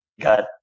got